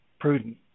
prudent